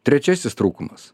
trečiasis trūkumas